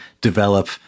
develop